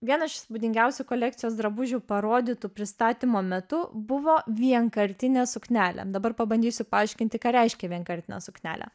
vienas iš įspūdingiausių kolekcijos drabužių parodytų pristatymo metu buvo vienkartinė suknelė dabar pabandysiu paaiškinti ką reiškia vienkartinė suknelė